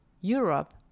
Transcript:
Europe